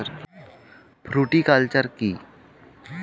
Fruticulture কী?